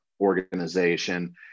organization